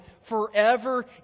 forever